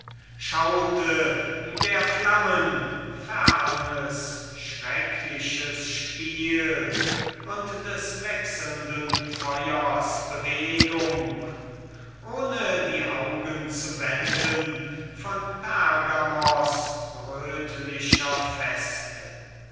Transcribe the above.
schaute der flammen fernes schreckliches spiel und des wechselnden feuers bewegung ohne die augen zu wenden von